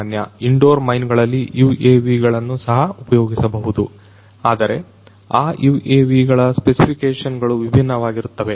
indoor mine ಗಳಲ್ಲಿ UAVಗಳನ್ನು ಸಹ ಉಪಯೋಗಿಸಬಹುದು ಆದರೆ ಆ UAV ಗಳ ಸ್ಪೆಸಿಫಿಕೇಶನ್ ಗಳು ಭಿನ್ನವಾಗಿರುತ್ತವೆ